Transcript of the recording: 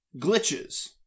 glitches